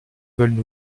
veulent